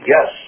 Yes